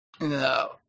No